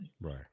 Right